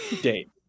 date